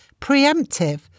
preemptive